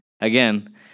again